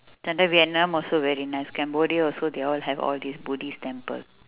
sometimes vietnam also very nice cambodia also they all have all this buddhist temple